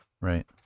Right